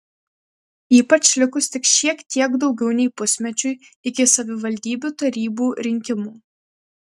ypač likus tik šiek tiek daugiau nei pusmečiui iki savivaldybių tarybų rinkimų